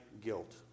guilt